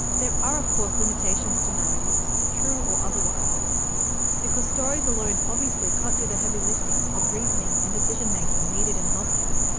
there are of course limitations to narratives true or otherwise because stories alone obviously can't do the heavy lifting of reasoning and decision-making needed in healthcare.